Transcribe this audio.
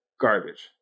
garbage